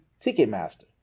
Ticketmaster